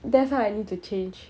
that's why I need to change